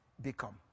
become